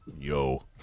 Yo